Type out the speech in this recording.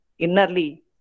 innerly